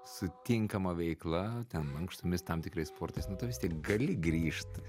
sutinkama veikla ten mankštomis tam tikrais sportas nu tu vis tiek gali grįžt